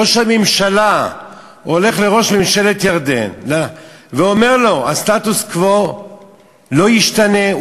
ראש הממשלה הולך לראש ממשלת ירדן ואומר לו: הסטטוס-קוו לא ישתנה,